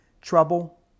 trouble